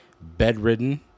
bedridden